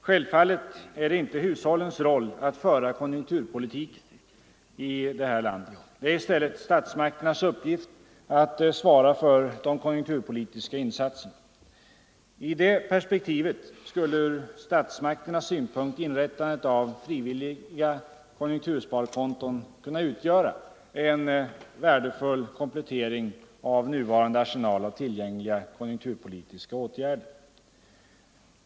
Självfallet är det inte hushållens roll att föra konjunk turpolitiken i det här landet — det är i stället statsmakternas uppgift att - Nr 125 svara för de konjunkturpolitiska insatserna. I det perspektivet skulle från Onsdagen den statsmakternas synpunkt inrättandet av frivilliga konjunktursparkonton 20 november 1974 kunna utgöra en värdefull komplettering av nuvarande arsenal av tillgängliga konjunkturpolitiska åtgärder.